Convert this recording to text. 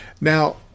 Now